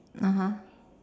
(uh huh)